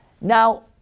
Now